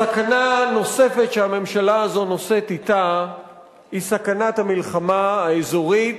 סכנה נוספת שהממשלה הזאת נושאת אתה היא סכנת המלחמה האזורית,